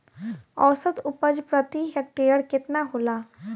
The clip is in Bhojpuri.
औसत उपज प्रति हेक्टेयर केतना होला?